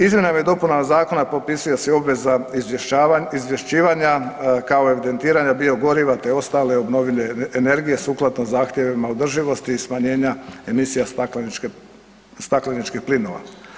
Izmjenama i dopuna zakona propisuje se i obveza izvješćivanja kao i evidentiranja biogoriva te ostale obnovljive energije sukladno zahtjevima održivosti i smanjenja emisija stakleničkih plinova.